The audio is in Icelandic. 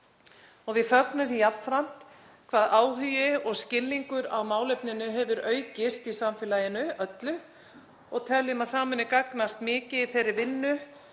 Við fögnum því jafnframt hve áhugi og skilningur á málefninu hefur aukist í samfélaginu öllu og teljum að það muni gagnast mikið í þeirri vinnu